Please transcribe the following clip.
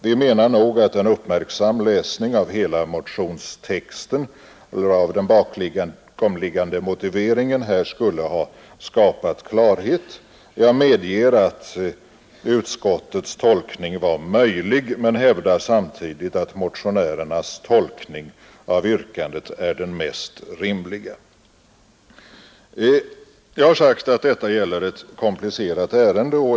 Vi menar nog att en uppmärksam läsning av hela motionstexten med den bakomliggande motiveringen här skulle ha skapat klarhet. Jag medger att utskottets tolkning var möjlig men hävdar samtidigt att motionärernas tolkning av yrkandet är den mest rimliga. Jag har sagt att detta gäller ett komplicerat ärende.